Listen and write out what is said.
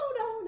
no